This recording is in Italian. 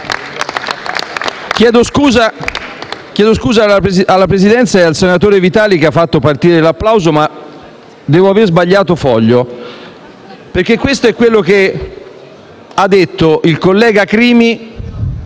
Chiedo scusa alla Presidenza e al senatore Vitali che ha fatto partire l'applauso, ma devo aver sbagliato foglio, perché questo è quello che ha detto il collega Crimi